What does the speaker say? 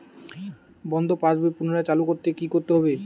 বন্ধ পাশ বই পুনরায় চালু করতে কি করতে হবে?